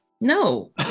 no